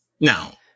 Now